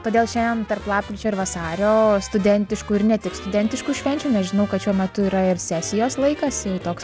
todėl šiandien tarp lapkričio ir vasario studentiškų ir ne tik studentiškų švenčių nes žinau kad šiuo metu yra ir sesijos laikas jau toks